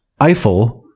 Eiffel